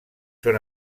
són